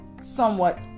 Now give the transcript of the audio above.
Somewhat